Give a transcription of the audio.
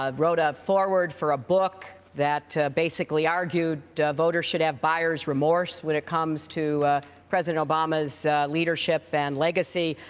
ah wrote a forward for a book that basically argued voters should have buyers' remorse when it comes to president obama's leadership and legacy.